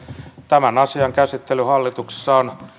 tämän asian käsittely hallituksessa on